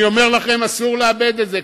אני אומר לכם שאסור לאבד את זה,